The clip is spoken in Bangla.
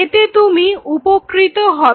এতে তুমি উপকৃত হবে